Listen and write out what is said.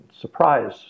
surprise